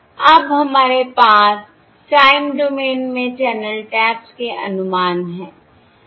अब हमारे पास टाइम डोमेन में चैनल टैप्स के अनुमान हैं